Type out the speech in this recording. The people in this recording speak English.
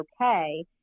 okay